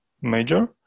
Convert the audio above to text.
major